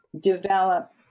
develop